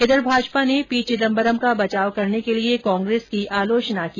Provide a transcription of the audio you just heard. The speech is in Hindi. इधर भाजपा ने पी चिदंबरम का बचाव करने के लिए कांग्रेस की आलोचना की